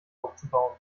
aufzubauen